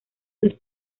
sus